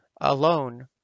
alone